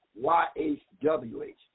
YHWH